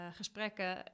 gesprekken